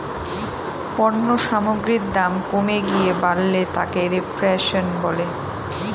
পণ্য সামগ্রীর দাম কমে গিয়ে বাড়লে তাকে রেফ্ল্যাশন বলে